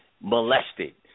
molested